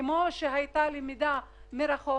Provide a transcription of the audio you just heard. כמו שהייתה למידה מרחוק,